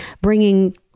bringing